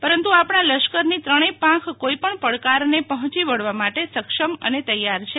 પરંતુ આપણા લશ્કરની ત્રણેય પાંખ કોઈપણ પડકારને પહોંચી વળવા માટે સક્ષમ અને તૈયાર છે